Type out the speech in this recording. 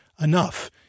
enough